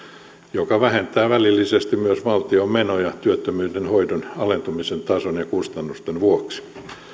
joka vähentää välillisesti myös valtion menoja työttömyyden hoidon alentumisen tason ja kustannusten vuoksi